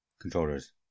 controllers